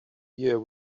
year